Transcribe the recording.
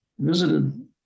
visited